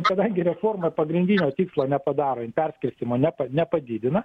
kadangi reforma pagrindinio tikslo nepadaro jin perskirstymo nepa nepadidina